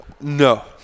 No